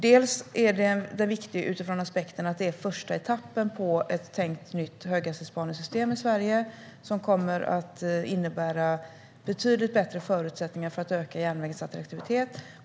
Den är viktig bland annat utifrån aspekten att det är första etappen på ett tänkt nytt höghastighetsbanesystem i Sverige som kommer att innebära betydligt bättre förutsättningar för att öka järnvägens attraktivitet.